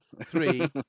three